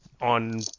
on